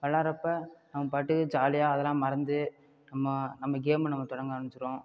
விளையாட்றப்போ நம்ம பாட்டுக்கு ஜாலியாக அதெல்லாம் மறந்து நம்ம நம்ம கேம்மை நம்ம தொடங்க ஆரம்பிச்சிருவோம்